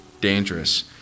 dangerous